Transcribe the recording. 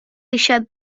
eisiau